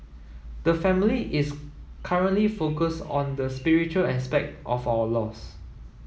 the family is currently focused on the spiritual aspect of our loss